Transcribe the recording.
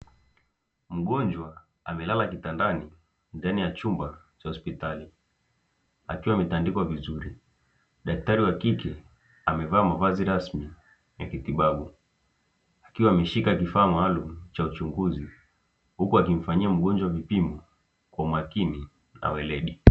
Mgonjwa amelala kitandani ndani ya chumba cha hospitali akiwa ametandikwa vizuri, daktari wa kike amevaa mavazi rasmi ya kitibabu akiwa ameshika vifaa maalumu cha uchunguzi, huku akimfanyia mgonjwa vipimo kwa umakini na uweledi.